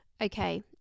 Okay